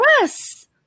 yes